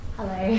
Hello